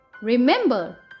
remember